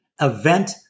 event